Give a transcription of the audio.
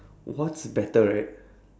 what's better right